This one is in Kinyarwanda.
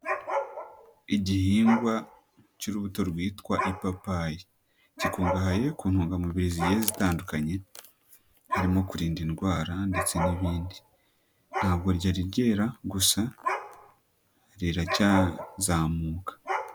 Igihingwa cy'urubuto rwitwa ipapayi, gikungahaye ku ntungamubiri zigiye zitandukanye, harimo kurinda indwara ndetse n'ibindi, ntabwo ryarirra, gusa riracyazamuka.